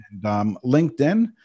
LinkedIn